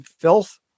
filth